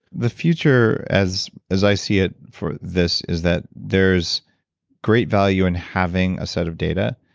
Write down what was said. the future as as i see it for this is that there's great value in having a set of data,